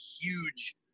huge